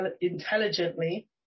intelligently